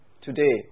today